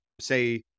say